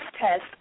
test